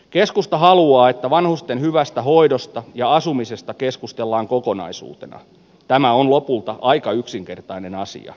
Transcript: keskusta haluaa että vanhusten hyvästä hoidosta ja asumisesta keskustellaan kokonaisuutena tämä on lopulta aika yksinkertainen asia